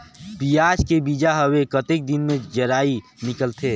पियाज के बीजा हवे कतेक दिन मे जराई निकलथे?